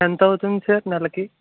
ఎంతవుతుంది సార్ నెలకి